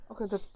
okay